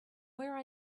where